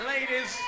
Ladies